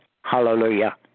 Hallelujah